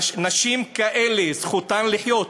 נשים כאלה, זכותן לחיות.